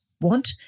want